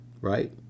right